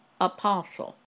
apostle